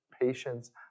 patience